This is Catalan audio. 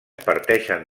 parteixen